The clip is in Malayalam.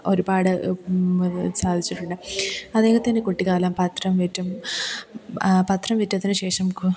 ഒരുപാട് സാധിച്ചിട്ടുണ്ട് അദ്ദേഹത്തിൻ്റെ കുട്ടിക്കാലം പത്രം വിറ്റും പത്രം വിറ്റതിനു ശേഷം